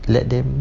let them